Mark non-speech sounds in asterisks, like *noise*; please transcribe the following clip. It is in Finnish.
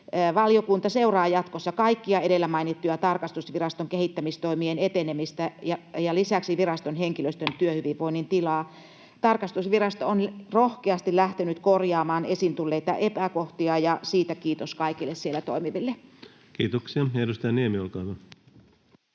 Valiokunta seuraa jatkossa kaikkien edellä mainittujen tarkastusviraston kehittämistoimien etenemistä ja lisäksi *noise* viraston henkilöstön työhyvinvoinnin tilaa. Tarkastusvirasto on rohkeasti lähtenyt korjaamaan esiin tulleita epäkohtia, ja siitä kiitos kaikille siellä toimiville. Kiitoksia. — Edustaja Niemi, olkaa hyvä.